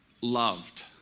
loved